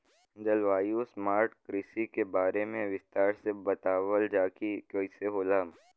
जलवायु स्मार्ट कृषि के बारे में विस्तार से बतावल जाकि कइसे होला?